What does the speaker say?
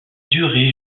durer